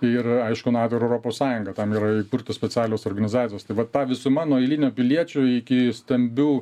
ir aišku nato ir europos sąjunga tam yra įkurtos specialios organizacijos tai va ta visuma nuo eilinio piliečio iki stambių